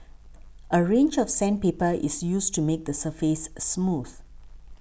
a range of sandpaper is used to make the surface smooth